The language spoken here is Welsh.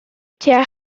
tua